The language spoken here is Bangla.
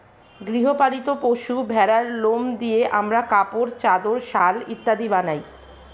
গৃহ পালিত পশু ভেড়ার লোম দিয়ে আমরা কাপড়, চাদর, শাল ইত্যাদি বানাই